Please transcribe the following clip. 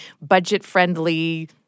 budget-friendly